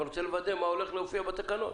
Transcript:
אני רוצה לוודא מה יופיע בתקנות.